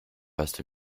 rest